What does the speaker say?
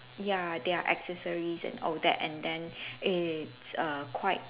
ya their accessories and all that and then it's err quite